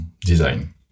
design